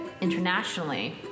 internationally